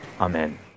Amen